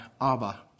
Abba